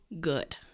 good